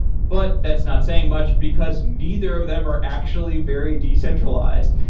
but that's not saying much, because neither of them are actually very decentralized.